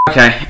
Okay